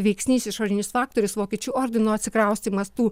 veiksnys išorinis faktorius vokiečių ordino atsikraustymas tų